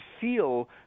feel